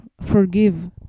forgive